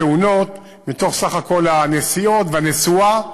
הנסיעות והנסועה,